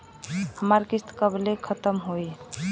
हमार किस्त कब ले खतम होई?